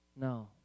No